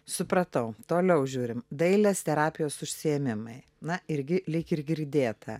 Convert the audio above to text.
supratau toliau žiūrim dailės terapijos užsiėmimai na irgi lyg ir girdėta